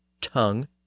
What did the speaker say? tongue